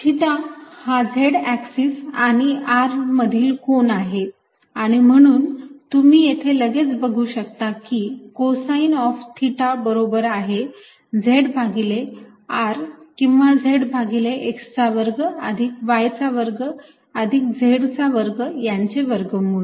rx2y2z2 theta हा Z axis आणि r मधील कोन आहे आणि म्हणून तुम्ही येथे लगेच बघू शकता की कोसाईन ऑफ थिटा बरोबर आहे Z भागिले r किंवा Z भागिले x चा वर्ग अधिक y चा वर्ग अधिक z चा वर्ग यांचे वर्गमूळ